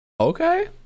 okay